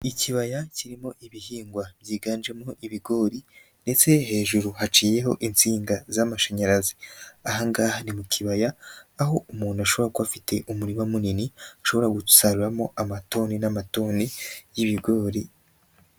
Ikibaya kirimo ibihingwa byiganjemo ibigori ndetse hejuru haciyeho insinga z'amashanyarazi, ahanga ni mu kibaya, aho umuntu ushobora kuba afite umurima munini, ushobora gusaruramo amatoni n'amatoni y'ibigori.